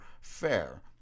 fair